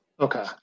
Okay